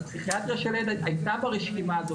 אז פסיכיאטריה של הילד הייתה ברשימה הזאת,